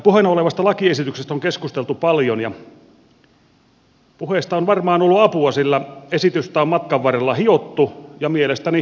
puheena olevasta lakiesityksestä on keskusteltu paljon ja puheista on varmaan ollut apua sillä esitystä on matkan varrella hiottu ja mielestäni parempaan suuntaan